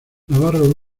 navarro